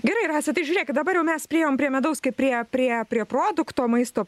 gerai rasa tai žiūrėkit dabar jau mes priėjom prie medaus kaip prie prie prie produkto maisto